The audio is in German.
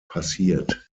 passiert